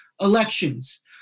elections